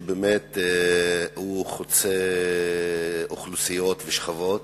שבאמת חוצה אוכלוסיות ושכבות.